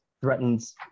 threatens